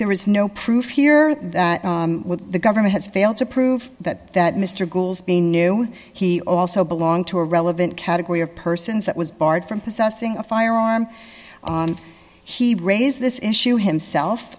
there is no proof here that the government has failed to prove that that mr goelz being new he also belong to a relevant category of persons that was barred from possessing a firearm and he raised this issue himself